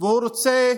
והוא רוצה